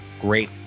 great